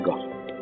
God